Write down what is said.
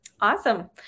Awesome